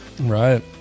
Right